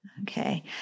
Okay